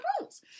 rules